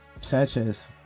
Sanchez